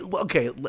okay